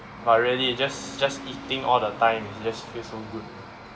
but really just just eating all the time just feels so good